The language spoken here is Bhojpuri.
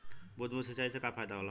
बूंद बूंद सिंचाई से का फायदा होला?